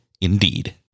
indeed